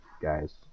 guys